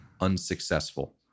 unsuccessful